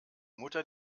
mutter